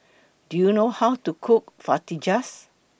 Do YOU know How to Cook Fajitas